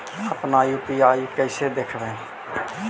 अपन यु.पी.आई कैसे देखबै?